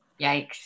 Yikes